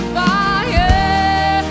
fire